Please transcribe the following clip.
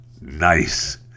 nice